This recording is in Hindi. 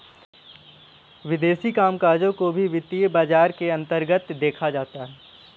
विदेशी कामकजों को भी वित्तीय बाजार के अन्तर्गत देखा जाता है